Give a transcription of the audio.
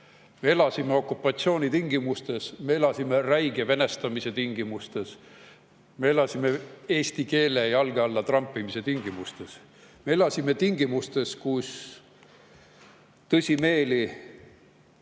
me elasime okupatsiooni tingimustes. Me elasime räige venestamise tingimustes. Me elasime eesti keele jalge alla trampimise tingimustes. Me elasime tingimustes, kus tõsimeeli